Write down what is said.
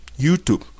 YouTube